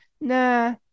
nah